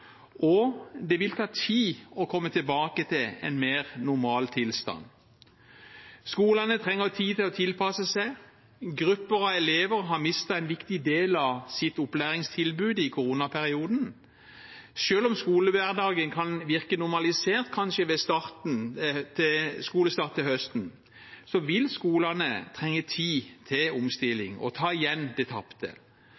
og at det vil ta tid å komme tilbake til en mer normal tilstand. Skolene trenger tid til å tilpasse seg, grupper av elever har mistet en viktig del av sitt opplæringstilbud i koronaperioden. Selv om skolehverdagen kanskje kan virke normalisert ved skolestart til høsten, vil skolene trenge tid til